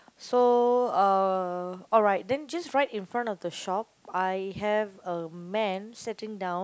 so uh alright then just right in front of the shop I have a man sitting down